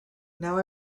now